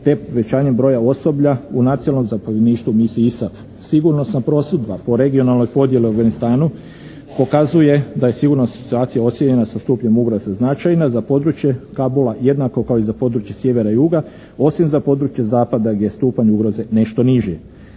te povećanjem broja osoblja u nacionalnom zapovjedništvu misiji ISAF. Sigurnosna prosudba po regionalnoj podjeli u Afganistanu pokazuje da je sigurno situacija ocijenjena sa stupnjem …/Govornik se ne razumije./… sa značajima za područje Kabula jednako kao i za područje sjevera i juga, osim za područje zapada gdje je stupanj ugroze nešto niži.